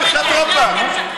מספיק עם זה.